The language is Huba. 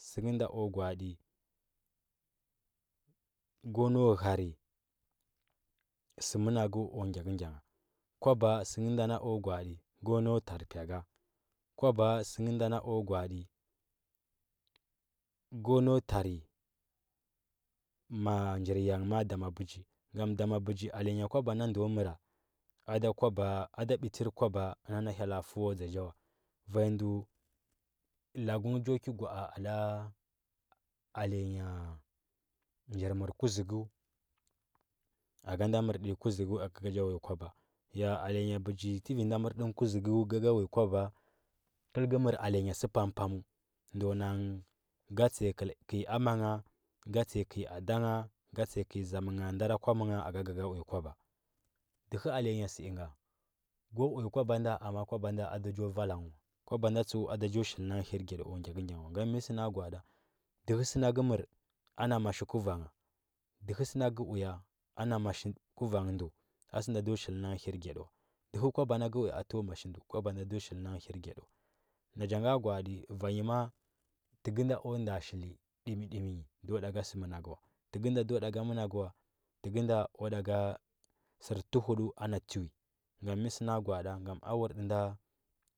Sɚ ngɚ nda o gwa aɗi go nau gberɚ sɚ mɚnagu o gyakɚgya ngha kwaba sɚ ngɚ nda o gwa aɗi go nau tar py ga kwaba sɚ ngɚ nda na o gwa adi go nau tarɚ ma. a njir ya ngɚ ma doma bɚgi gam damo bɚgi alenya kwaba ndɚ mɚra ando kwaba ada ɓitir kwaba ina na hyella hiwo dȝa ja wa va nyi ndɚ lagu ngɚ jo ki gwaa ɗa aleruya njir mɚr ku ȝugu aga nda mɚr ɗinyi kuȝu gu aga ga ja uya kwaba ya alenya tɚvi nja mɚr dɚn kuɚugu ga ga uya kwa kɚl gɚ mɚr alenya sɚ pam pamu ndɚ na nghɚ ga tsiya kɚi amanya, tsiya kɚi adanya ga tsiya kɚi zanya ndara kumnya aga ga gɚ uya kwaba dɚhɚ alenya sɚ inga go uya kwaba nda amma kwaba nda ada jo vala nghhɚ wa kwaba tseu ada jo shilna nghɚ hirgya ɗi gyakɚgyan uwla gam mɚ sɚ gwaraɗi dɚhɚ sɚna gɚ mɚra ana masi kuvanya dɚhɚ sɚ na ngɚ uya ana masi kuvan nghɚ ndɚ a sɚ nda ndɚ shilna ngɚ hirgyaɗi wa dɚhɚ kwaba na gɚ uya tɚwo masi ndu kwaba nda ndo shilna ngɚ hirgyaɗi wa na ja ga gwa’aɗi vanyi ma, a tɚ gɚ nda o nda shili dimi nyi ndo da ga sɚ managɚ tɚ gɚ nda ndo ɗa ga managu wa tɚ gɚ nda o ɗa ga sɚr tuhuɗu ana hivi gam mɚ sɚ na gwa aɗi ngam a wur ɗi nda.